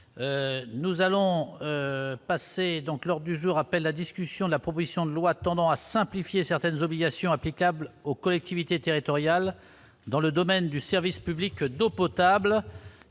nous allons passer donc lors du jour appelle la discussion de la proposition de loi tendant à simplifier certaines obligations applicables aux collectivités territoriales dans le domaine du service public d'eau potable